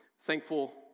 thankful